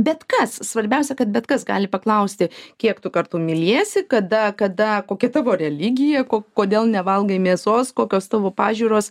bet kas svarbiausia kad bet kas gali paklausti kiek tu kartu myliesi kada kada kokia tavo religija ko kodėl nevalgai mėsos kokios tavo pažiūros